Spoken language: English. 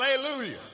Hallelujah